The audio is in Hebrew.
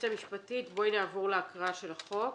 נעבור להקראה של החוק.